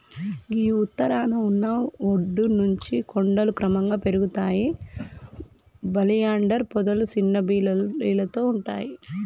గీ ఉత్తరాన ఉన్న ఒడ్డు నుంచి కొండలు క్రమంగా పెరుగుతాయి ఒలియాండర్ పొదలు సిన్న బీలతో ఉంటాయి